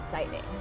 exciting